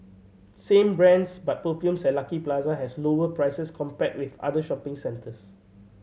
same brands but perfumes at Lucky Plaza has lower prices compared with other shopping centres